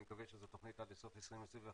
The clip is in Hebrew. אני מקווה שזו תוכנית עד לסוף 2021,